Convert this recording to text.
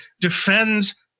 defends